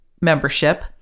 membership